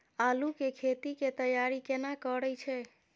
आलू के खेती के तैयारी केना करै छै?